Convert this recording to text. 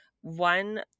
one